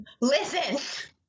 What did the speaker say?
Listen